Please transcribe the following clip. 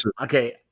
Okay